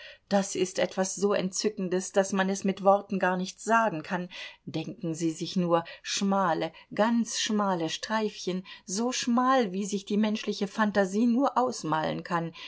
das ist etwas so entzückendes daß man es mit worten gar nicht sagen kann denken sie sich nur schmale ganz schmale streifchen so schmal wie sie sich die menschliche phantasie nur ausmalen kann